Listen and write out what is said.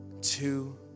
two